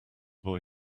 boy